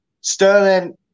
Sterling